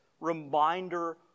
reminder